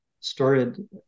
started